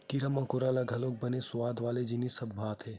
कीरा मकोरा ल घलोक बने सुवाद वाला जिनिस ह भाथे